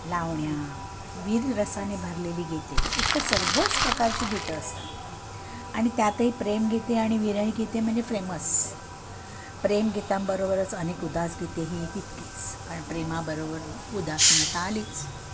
लावण्या विररसाने भरलेली गीते एकतर सर्वच प्रकारची गीतं असतात आणि त्यातही प्रेम गीते आणि विरह गीते म्हणजे फेमस प्रेम गीतांबरोबरच अनेक उदासगीते ही तितकीच कारण प्रेमाबरोबर उदासीनता आलीच